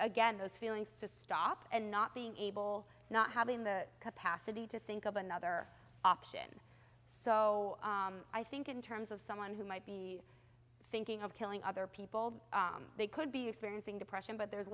again those feelings to stop and not being able not having the capacity to think of another option so i think in terms of someone who might be thinking of killing other people they could be experiencing depression but there